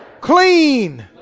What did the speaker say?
clean